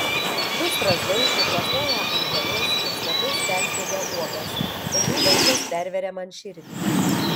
du strazdai nuplasnoja ant žolės ir snapais persmeigia uogas o jų vaizdas perveria man širdį